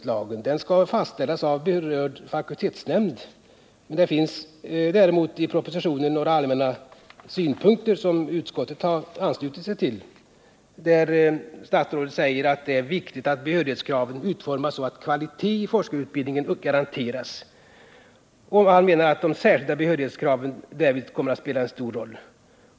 Den särskilda behörigheten skail fastställas av berörd fakultetsnämnd. Det finns däremot i propositionen några allmänna synpunkter som utskottet har anslutit sig till. Statsrådet säger där, att det är viktigt att behörighetskraven utformas så att kvalitet i forskarutbildningen garanteras. Han menar att de särskilda behörighetskraven därvid kommer att spela en stor roll.